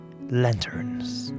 lanterns